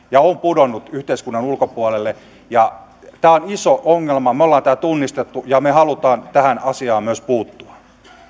ja on pudonnut yhteiskunnan ulkopuolelle tämä on iso ongelma me olemme tämän tunnistaneet ja me haluamme tähän asiaan myös puuttua